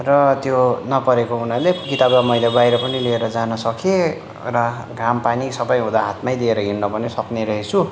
र त्यो नपरेको हुनाले किताबलाई मैले बाहिर पनि लिएर जान सकेँ र घाम पानी सबै हुँदा हातमै लिएर हिँड्न पनि सक्ने रहेछु